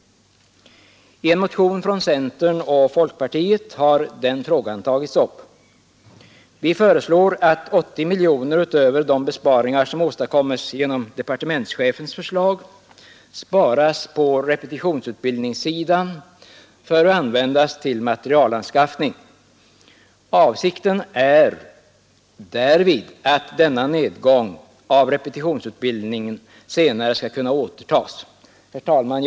I en motion från centern och folkpartiet har denna fråga tagits upp. Vi föreslår att 80 miljoner utöver de besparingar som görs genom departementschefens förslag sparas på repetitionsutbildningssidan för att användas för materielanskaffning. Avsikten är därvid att denna nedgång av repetitionsutbildningen senare skall kunna återtas. Herr talman!